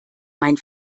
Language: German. mein